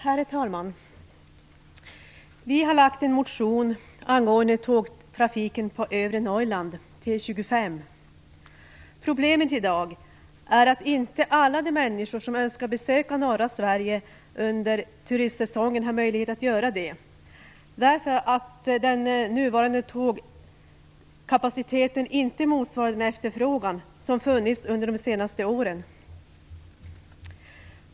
Herr talman! Vi socialdemokrater på Norrbottensbänken har väckt en motion, T25, angående tågtrafiken på övre Norrland. Problemet i dag är att inte alla de människor som önskar besöka norra Sverige under turistsäsongen har möjlighet att göra det, därför att den nuvarande tågkapaciteten inte motsvarar de senaste årens efterfrågan.